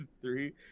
three